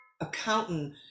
accountant